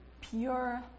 pure